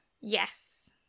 Yes